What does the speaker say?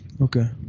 Okay